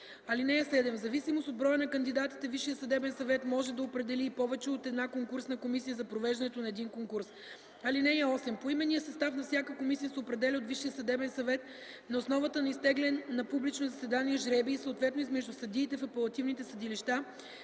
(7) В зависимост от броя на кандидатите Висшият съдебен съвет може да определи и повече от една конкурсна комисия за провеждането на един конкурс. 8) Поименният състав на всяка комисия се определя от Висшия съдебен съвет на основата на изтеглен на публично заседание жребий, съответно измежду съдиите в апелативните съдилища,